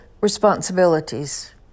responsibilities